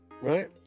right